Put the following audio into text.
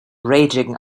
raging